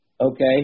okay